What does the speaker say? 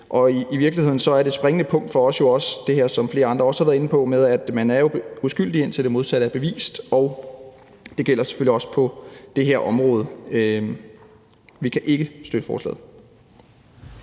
I virkeligheden er det springende punkt for os det her, som flere andre jo også har været inde på, med, at man er uskyldig, indtil det modsatte er bevist, og det gælder selvfølgelig også på det her område. Vi kan ikke støtte forslaget.